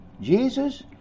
Jesus